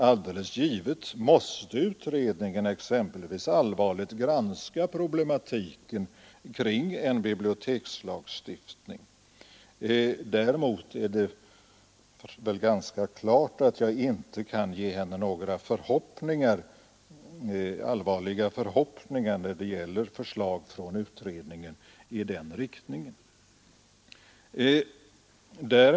Alldeles givet måste utredningen exempelvis allvarligt granska problematiken kring en bibliotekslagstiftning. Däremot är det väl ganska klart att jag inte kan ge fru Hjelm-Wallén några allvarliga förhoppningar när det gäller förslag från utredningen i den riktningen.